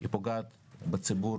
היא פוגעת בציבור